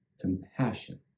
compassion